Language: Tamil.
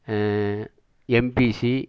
எம்பிசி